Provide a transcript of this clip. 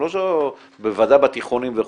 בוודאי בתיכונים וכו',